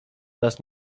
nas